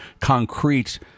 concrete